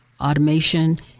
automation